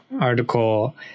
article